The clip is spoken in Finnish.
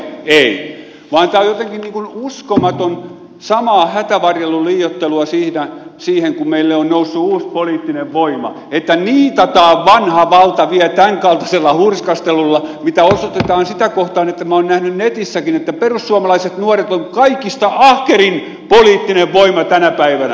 ei vaan tämä on jotenkin uskomatonta samaa hätävarjelun liioittelua siinä kun meille on noussut uusi poliittinen voima että niitataan vanha valta vielä tämänkaltaisella hurskastelulla mitä osoitetaan sitä kohtaan minä olen nähnyt netissäkin että perussuomalaiset nuoret on kaikista ahkerin poliittinen voima tänä päivänä